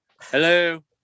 Hello